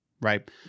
right